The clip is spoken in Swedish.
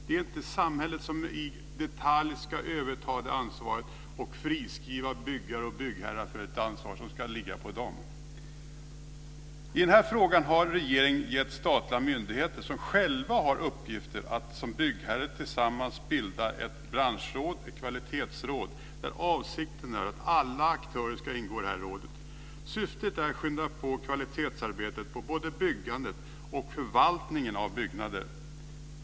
Det är inte samhället som i detalj ska överta det ansvaret och friskriva byggherre och byggare från det ansvar som ska ligga på dem. I denna fråga har regeringen gett statliga myndigheter som själva har uppgifter som byggherre att tillsammans bilda ett byggbranschens kvalitetsråd, där avsikten är att alla aktörer ska ingå i rådet. Syftet är att skynda på kvalitetsarbetet på både byggandet och förvaltningen av byggnader.